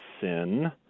sin